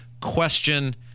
question